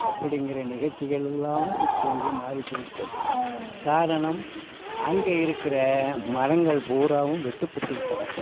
அப்படிங்கிற நிகழ்ச்சிகளெல்லாம் இப்பொழுது மாறி போய் விட்டது காரணம் அங்கே இருக்கிற மரங்கள் பூராவும் வெட்டுப்பட்டு விட்டன